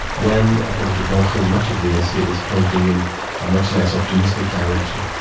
when according to blanchot much of the essay is pointing in a much less optimistic direction.